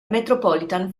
metropolitan